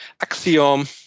Axiom